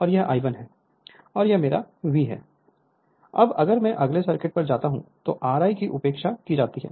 Refer Slide Time 0103 अब अगर मैं अगले सर्किट पर जाता हूं तो Ri की उपेक्षा की जाती है